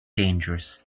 dangerous